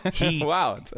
Wow